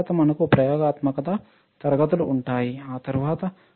ఆ తరువాత ప్రయోగాత్మక తరగతులు ఎక్కడ ఉంటాయి